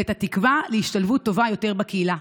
ואת התקווה להשתלבות טובה יותר בקהילה.